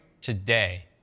today